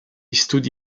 studi